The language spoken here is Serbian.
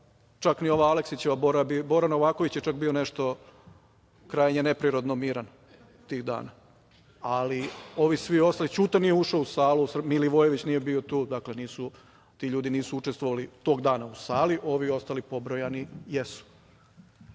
čak ni ova Aleksićeva, Bora Novaković je čak bio nešto krajnje neprirodno miran tih dana. Ćuta nije ušao u salu, Milivojević nije bio tu. Dakle, ti ljudi nisu učestvovali, ovi ostali pobrojani jesu.